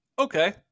Okay